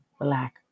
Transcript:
Black